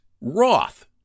Roth